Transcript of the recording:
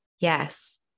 Yes